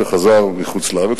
שחזר מחוץ-לארץ,